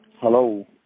Hello